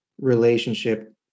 relationship